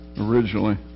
originally